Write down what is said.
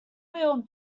wheel